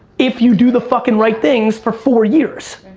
if you do the fucking right things for four years.